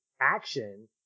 action